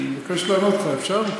אני מבקש לענות לך, אפשר?